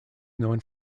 known